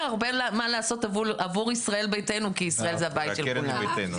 הרבה מה לעשות עבור ישראל ביתנו כי ישראל זה הבית של כולנו.